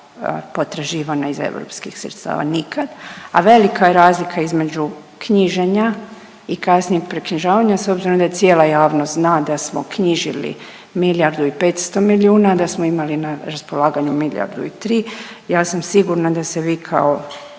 potraživana iz europskih sredstava, a velika je razlika između knjiženja i kasnijeg preknjižavanja s obzirom da cijela javnost zna da smo knjižili miljardu i 500 milijuna, da smo imali na raspolaganju miljardu i tri, ja sam sigurna da se vi kao